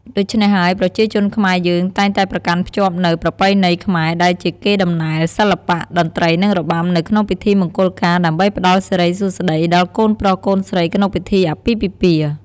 ដូច្នេះហើយប្រជាជនខ្មែរយើងតែងតែប្រកាន់ភ្ជាប់នូវប្រពៃណីខ្មែរដែលជាកេរ្ដិ៍ដំណែល សិល្បៈ តន្រ្ដីនិងរបាំនៅក្នងពិធីមង្គលការ ដើម្បីផ្តល់សិរីសួស្ដីដល់កូនប្រុសកូនស្រីក្នុងពិធីអាពាហ៍ពិពាហ៍។